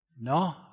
No